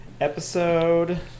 Episode